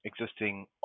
existing